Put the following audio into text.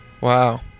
Wow